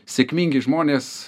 sėkmingi žmonės